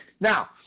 Now